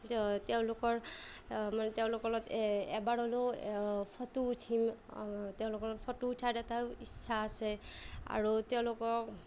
তেওঁলোকৰ মানে তেওঁলোকৰ লগত এবাৰ হ'লেও ফটো উঠিম তেওঁলোকৰ লগত ফটো উঠাৰ এটা ইচ্ছা আছে আৰু তেওঁলোকক